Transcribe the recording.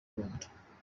rwanda